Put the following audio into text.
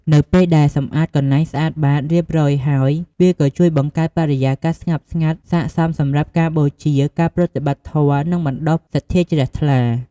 នៅពេលដែល សម្អាតកន្លែងស្អាតបាត រៀបរយហើយ វាក៏ជួយបង្កើតបរិយាកាសស្ងប់ស្ងាត់ ស័ក្តិសមសម្រាប់ការបូជា ការប្រតិបត្តិធម៌ និងបណ្តុះសទ្ធាជ្រះថ្លា។